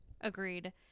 Agreed